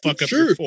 sure